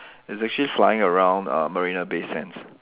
it's actually flying around uh Marina Bay Sands